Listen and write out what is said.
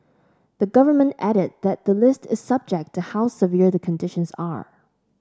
the Government added that the list is subject to how severe the conditions are